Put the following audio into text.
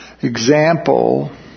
example